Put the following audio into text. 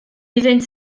iddynt